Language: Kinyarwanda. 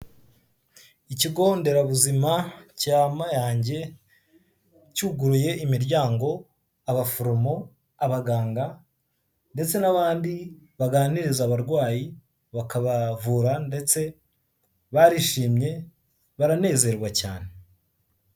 Ikigonderabuzima cya Mayange cyuguruye imiryango abaforomo, abaganga ndetse n'abandi baganiriza abarwayi bakabavura ndetse barishimye baranezerwa cyane.